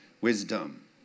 wisdom